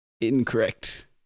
Incorrect